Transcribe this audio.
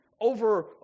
over